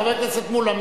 חבר הכנסת מולה,